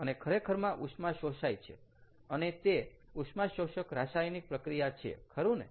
અને ખરેખરમાં ઉષ્મા શોષાય છે અને તે ઉષ્માશોષક રાસાયણિક પ્રક્રિયા છે ખરું ને